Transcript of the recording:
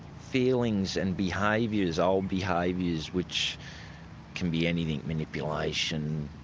feelings and behaviours, old behaviours which can be anything, manipulation,